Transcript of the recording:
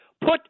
Put